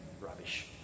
Rubbish